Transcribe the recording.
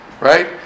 right